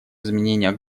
изменения